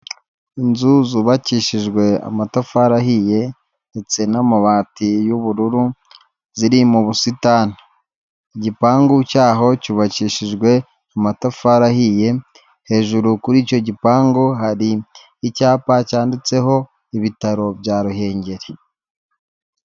Inzu zubakishijwe amatafari ahiye ndetse n'amabati y'ubururu ziri mu busitani, igipangu cyaho cyubakishijwe amatafari ahiye, hejuru kuri icyo gipangu hari icyapa cyanditseho ibitaro bya Ruhengeri.